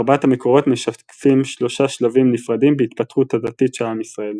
ארבעת המקורות משקפים שלושה שלבים נפרדים בהתפתחות הדתית של עם ישראל.